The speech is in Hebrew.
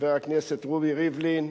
חבר הכנסת רובי ריבלין,